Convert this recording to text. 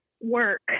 work